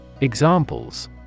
Examples